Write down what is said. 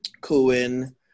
Cohen